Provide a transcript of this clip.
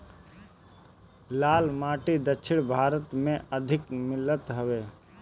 लाल माटी दक्षिण भारत में अधिका मिलत हवे